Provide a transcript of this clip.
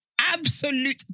Absolute